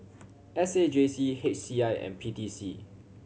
S A J C H C I and P T C